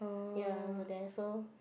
ya work there so